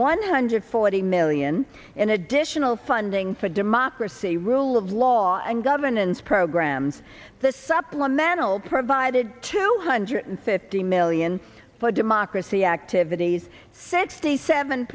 one hundred forty million in additional funding for democracy rule of law and governance programs the supplemental provided two hundred fifty million for democracy activities sixty seven